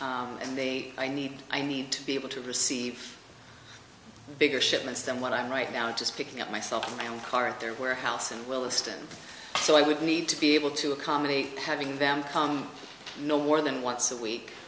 wheeler and they i need i need to be able to receive bigger shipments than what i am right now just picking up myself my own car at their warehouse and will stand so i would need to be able to accommodate having them come no more than once a week